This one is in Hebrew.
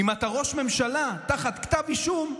אם אתה ראש ממשלה תחת כתב אישום,